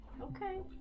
Okay